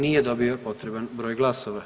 Nije dobio potreban broj glasova.